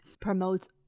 promotes